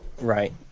right